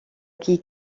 qui